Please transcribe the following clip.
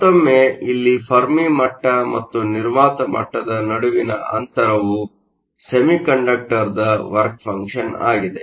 ಮತ್ತೊಮ್ಮೆ ಇಲ್ಲಿ ಫೆರ್ಮಿ ಮಟ್ಟ ಮತ್ತು ನಿರ್ವಾತ ಮಟ್ಟದ ನಡುವಿನ ಅಂತರವು ಸೆಮಿಕಂಡಕ್ಟರ್ನ ವರ್ಕ್ ಫಂಕ್ಷನ್ ಆಗಿದೆ